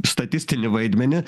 statistinį vaidmenį